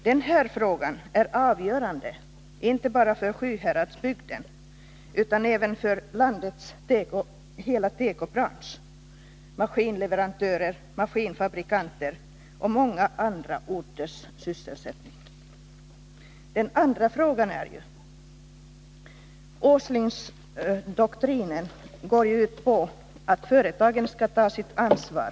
Denna fråga är avgörande inte bara för Sjuhäradsbygden utan också för landets hela tekobransch — maskinleverantörer, maskinfabrikanter och många andra orters sysselsättning. Åslingdoktrinen går ut på att företagen skall ta sitt sociala ansvar.